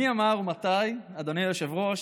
מי אמר ומתי, אדוני היושב-ראש: